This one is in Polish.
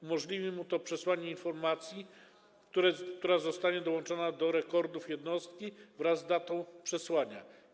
Umożliwi mu to przesłanie informacji, która zostanie dołączona do rekordów jednostki wraz z datą przesłania.